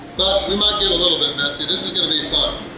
we might get a little bit messy. this is going to be fun.